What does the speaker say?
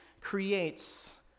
creates